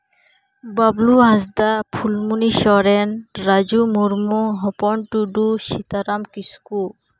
Bablu Hansda Phulmoni Soren Raju Murmu Hopon Tudu Sitaram Kisku